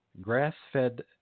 grass-fed